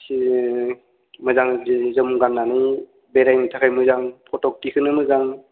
सि मोजां सि जोम गाननानै बेरायनो थाखाय मोजां फट' दिखांनो मोजां